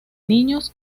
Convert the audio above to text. niños